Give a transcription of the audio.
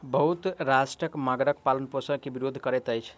बहुत राष्ट्र मगरक पालनपोषण के विरोध करैत अछि